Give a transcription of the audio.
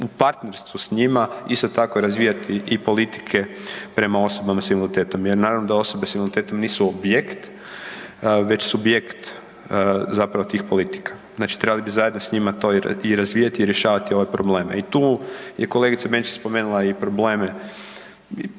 u partnerstvu s njima isto tako razvijati i politike prema osobama s invaliditetom jer naravno da osobe s invaliditetom nisu objekt već subjekt tih politika. Znači trebali bi zajedno to s njima i razvijati i rješavati ove probleme i tu je kolegica Benčić spomenula i probleme